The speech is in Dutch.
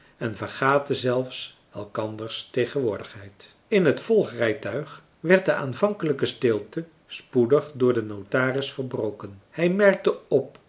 en vergaten zelfs elkanders tegenwoordigheid marcellus emants een drietal novellen in het volgrijtuig werd de aanvankelijke stilte spoedig door den notaris verbroken hij merkte op